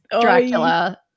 Dracula